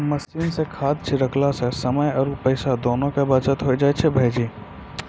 machine सॅ खाद छिड़कला सॅ समय आरो पैसा दोनों के बचत होय जाय छै भायजी